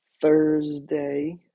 Thursday